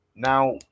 Now